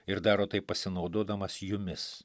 ir daro tai pasinaudodamas jumis